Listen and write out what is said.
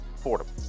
portable